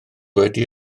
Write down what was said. wedi